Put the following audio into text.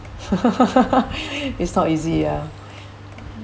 it's not easy ah